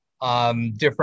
different